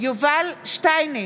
יובל שטייניץ,